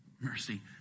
Mercy